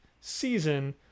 season